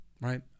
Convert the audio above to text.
right